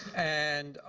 and